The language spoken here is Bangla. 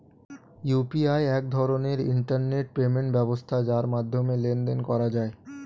ইউ.পি.আই এক ধরনের ইন্টারনেট পেমেন্ট ব্যবস্থা যার মাধ্যমে লেনদেন করা যায়